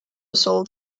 sold